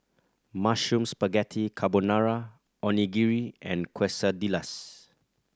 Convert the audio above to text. Mushroom Spaghetti Carbonara Onigiri and Quesadillas